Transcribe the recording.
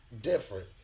different